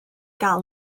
gael